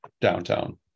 downtown